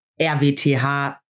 RWTH